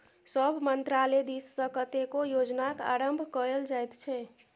सभ मन्त्रालय दिससँ कतेको योजनाक आरम्भ कएल जाइत छै